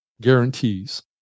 guarantees